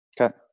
Okay